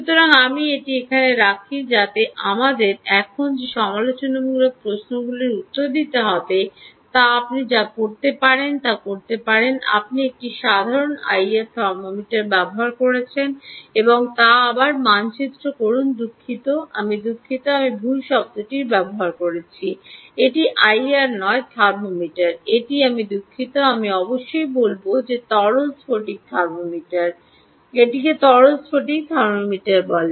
সুতরাং আমি এটি এখানে রাখি যাতে আমাদের এখন যে সমালোচনামূলক প্রশ্নগুলির উত্তর দিতে হবে তা আপনি যা করতে পারেন তা করতে পারেন আপনি একটি সাধারণ আইআর থার্মোমিটার ব্যবহার করেছেন তা আবার মানচিত্র করুন দুঃখিত আমি দুঃখিত আমি ভুল শব্দটি ব্যবহার করেছি এটি আইআর নয় থার্মোমিটার এটি আমি দুঃখিত আমি অবশ্যই বলব এটি তরল স্ফটিক থার্মোমিটার আমি দুঃখিত এটি তরল স্ফটিক থার্মোমিটার এটিকে তরল স্ফটিক থার্মোমিটার বলে